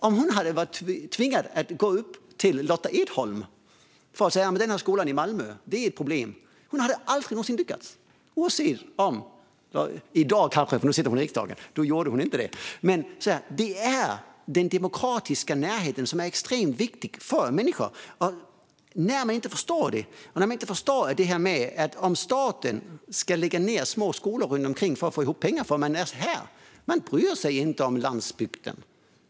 Om hon hade varit tvungen att gå till Lotta Edholm för att säga att den här skolan i Malmö är ett problem hade hon aldrig någonsin lyckats. I dag kanske det hade lyckats, för nu sitter hon i riksdagen, men då gjorde hon inte det. Den demokratiska närheten är extremt viktig för människor. Det förstår man inte, och man förstår inte att då kommer staten att lägga ned små skolor för att få ihop pengar. Man bryr sig inte om landsbygden.